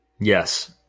Yes